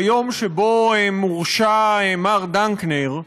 ביום שבו מורשע מר דנקנר,